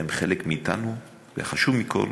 אתם חלק מאתנו, וחשוב מכול,